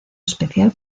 especial